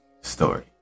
story